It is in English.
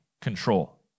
control